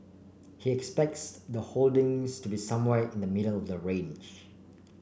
he expects the holdings to be somewhere in the middle of the range